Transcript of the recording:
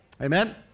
Amen